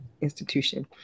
institution